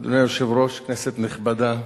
אדוני היושב-ראש, כנסת נכבדה,